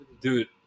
Dude